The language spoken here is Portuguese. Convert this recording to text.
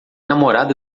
namorada